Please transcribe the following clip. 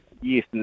yes